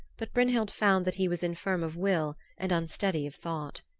but brynhild found that he was infirm of will and unsteady of thought.